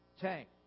tank